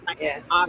yes